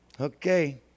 Okay